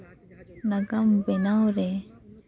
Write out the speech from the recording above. ᱱᱟᱜᱟᱢ ᱵᱮᱱᱟᱣ ᱨᱮ